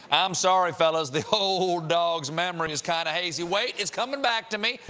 i'm sorry, fellas, the ole dog's memory is kinda hazy wait! it's comin' back to me.